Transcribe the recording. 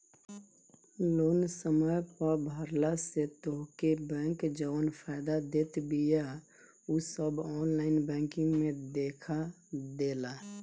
loan समय पअ भरला से तोहके बैंक जवन फायदा देत बिया उ सब ऑनलाइन बैंकिंग में देखा देला